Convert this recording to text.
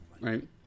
right